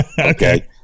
Okay